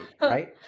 right